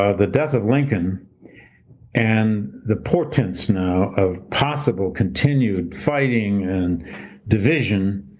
ah the death of lincoln and the portents now of possible continued fighting and division